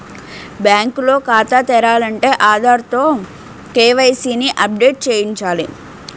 bank లో ఖాతా తెరాలంటే ఆధార్ తో కే.వై.సి ని అప్ డేట్ చేయించాల